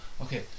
Okay